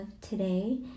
today